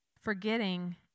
forgetting